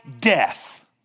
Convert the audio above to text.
death